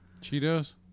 Cheetos